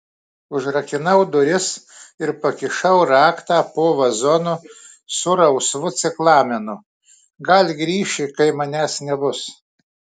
užrakinau duris ir pakišau raktą po vazonu su rausvu ciklamenu gal grįši kai manęs nebus